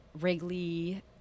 Wrigley